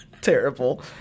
Terrible